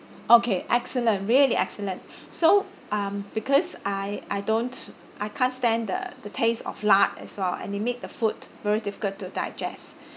okay excellent really excellent so um because I I don't I can't stand the the taste of lard as well and they make the food very difficult to digest